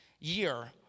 Year